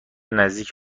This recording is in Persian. نزدیک